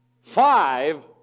Five